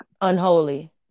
Unholy